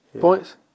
points